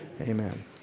Amen